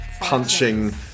punching